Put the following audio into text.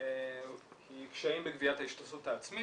היא קשיים בגביית ההשתתפות העצמית.